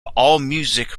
allmusic